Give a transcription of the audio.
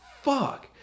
Fuck